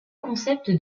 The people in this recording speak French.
concept